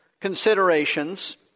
considerations